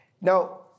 Now